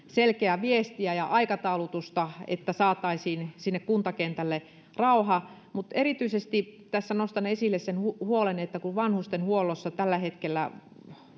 selkeää viestiä ja aikataulutusta että saataisiin sinne kuntakentälle rauha mutta erityisesti tässä nostan esille sen huolen että kun vanhustenhuollossa tällä hetkellä